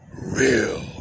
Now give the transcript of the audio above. Real